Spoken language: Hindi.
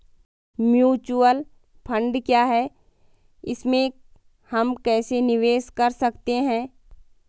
म्यूचुअल फण्ड क्या है इसमें हम कैसे निवेश कर सकते हैं?